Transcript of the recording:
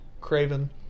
Craven